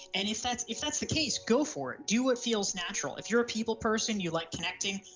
and if that's if that's the case go for it. do it feels natural. if you're a people person, you like connecting,